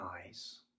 eyes